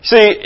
See